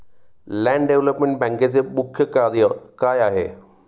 Land development बँकेचे मुख्य कार्य काय आहे?